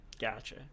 gotcha